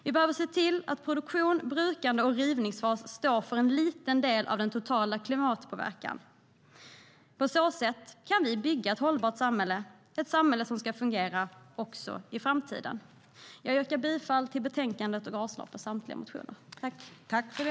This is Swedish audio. Vi behöver se till att produktion, brukande och rivningsfas står för en liten del av den totala klimatpåverkan. På så sätt kan vi bygga ett hållbart samhälle - ett samhälle som ska fungera också i framtiden.